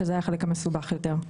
שזה החלק המסובך יותר.